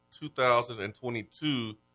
2022